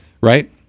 right